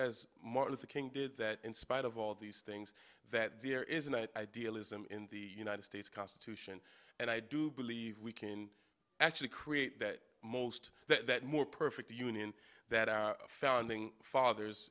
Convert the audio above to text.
as martin luther king did that in spite of all these things that there is an idealism in the united states constitution and i do believe we can actually create that most that more perfect union that our founding fathers